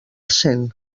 cent